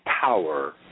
power